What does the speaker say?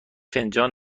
فنجان